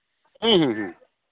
ᱦᱮᱸ ᱦᱮᱸ